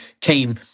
came